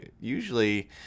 usually